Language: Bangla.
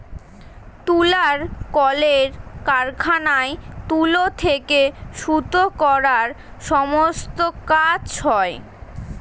তুলার কলের কারখানায় তুলো থেকে সুতো করার সমস্ত কাজ হয়